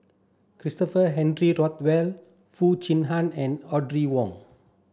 Christopher Henry Rothwell Foo Chee Han and Audrey Wong